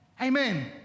amen